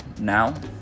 now